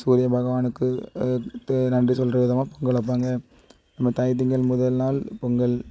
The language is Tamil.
சூரிய பகவானுக்கு த்து நன்றி சொல்கிற விதமாக பொங்கல் வைப்பாங்க நம்ம தை திங்கள் முதல் நாள் பொங்கல்